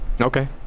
Okay